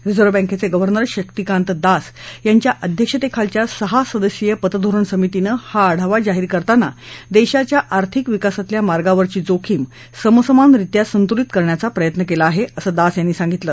reserve बँकेचे governor Shaktikanta Das यांच्या अध्यक्षतेखालच्या सहा सदस्यीय पतधोरण समितीनं हा आढावा जाहीर करताना देशाच्या आर्थिक विकासातल्या मार्गावरची जोखीम समसमानरीत्या संतुलित करण्याच प्रयत्न केला आहे असं दास यांनी सांगितलं